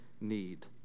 need